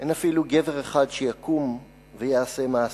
אין אפילו גבר אחד שיקום ויעשה מעשה.